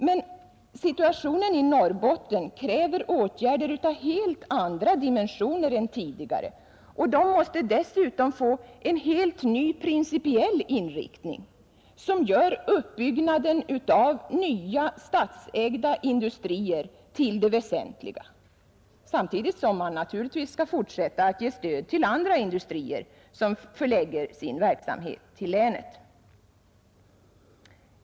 Men situationen i Norrbotten kräver åtgärder av helt andra dimensioner än tidigare, och de måste dessutom få en helt ny principiell inriktning, som gör uppbyggnaden av nya statsägda industrier till det väsentliga, samtidigt som man naturligtvis skall fortsätta att ge stöd till andra industrier som förlägger sin verksamhet till länet.